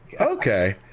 Okay